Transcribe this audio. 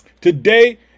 today